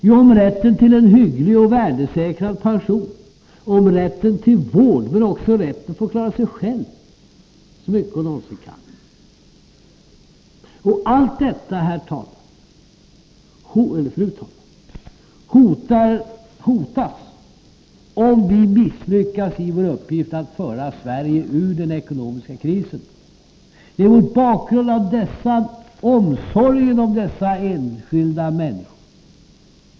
Jo, om rätten till en hygglig och värdesäkrad pension och om rätten till vård, men också om rätten att få klara sig själv så mycket hon någonsin kan. Allt detta, fru talman, hotas om vi misslyckas i vår uppgift att föra Sverige ur den ekonomiska krisen. Det är mot bakgrund av omsorgen om dessa enskilda människor som vi för vår politik.